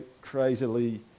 crazily